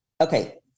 okay